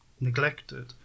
neglected